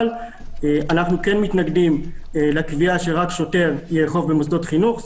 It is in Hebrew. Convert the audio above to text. אבל אנחנו כן מתנגדים לקביעה שרק שוטר יאכוף במוסדות חינוך.